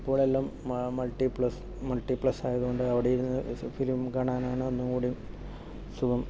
ഇപ്പോൾ എല്ലാം മ മൾട്ടിപ്ലക്സ് മൾട്ടിപ്ലക്സ് ആയതുകൊണ്ട് അവിടെ ഇരുന്നു ഫിലിം കാണാനാണ് ഒന്നും കൂടിയും സുഖം